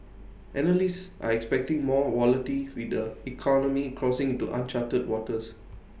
analysts are expecting more volatility with the economy crossing into uncharted waters